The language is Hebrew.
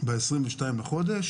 ב-22 לחודש